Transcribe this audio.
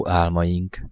álmaink